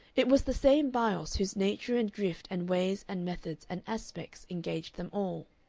it was the same bios whose nature and drift and ways and methods and aspects engaged them all.